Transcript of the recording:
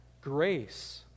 grace